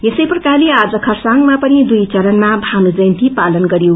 यसैप्रकारले आज खरसाङमा पनिदुई चरणमा मानु जयन्ती पालन गरियो